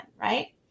right